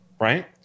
right